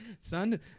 Son